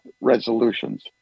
resolutions